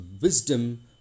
wisdom